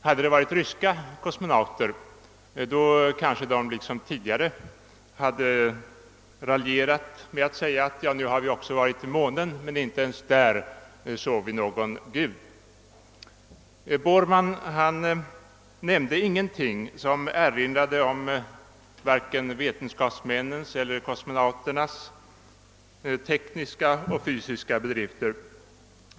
Hade det varit ryska astronauter, då kanske de liksom tidigare hade raljerat med att säga: »Ja, nu har vi också varit vid månen, men inte ens där såg vi någon Gud.» Borman nämnde ingenting som erinrade om vare sig vetenskapsmännens eller astronauternas tekniska och fysiska bedrifter.